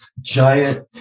giant